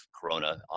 corona